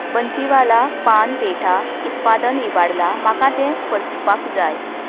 बन्सीवाला पान पेठा उत्पाद इबाडलां म्हाका तें परतुपाक जाय